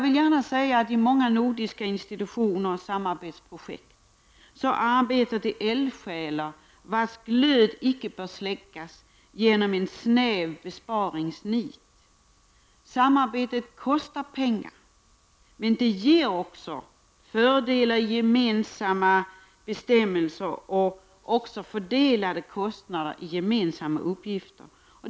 I många nordiska institutioner och samarbetsprojekt arbetar eldsjälar vilkas glöd icke bör släckas genom snävt besparingsnit. Samarbetet kostar pengar, men det ger också fördelar — gemensamma bestämmelser och fördelade kostnader i gemensamma uppgifter.